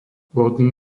lodný